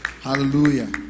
Hallelujah